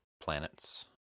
planets